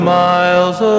miles